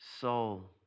soul